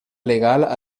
legal